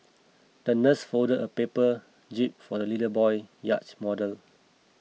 the nurse folded a paper jib for the little boy yacht model